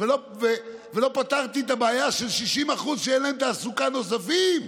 ולא פתרתי את הבעיה של 60% שאין להם תעסוקה נוספת.